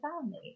family